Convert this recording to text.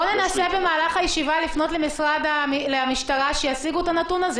בוא ננסה במהלך הישיבה לפנות למשטרה שישיגו את הנתון הזה.